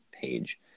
page